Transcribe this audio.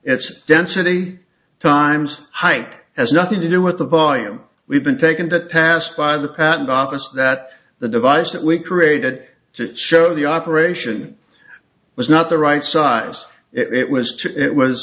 its density times height has nothing to do with the volume we've been taken to task by the patent office that the device that we created to show the operation was not the right size it was it was